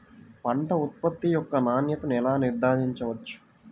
పంట ఉత్పత్తి యొక్క నాణ్యతను ఎలా నిర్ధారించవచ్చు?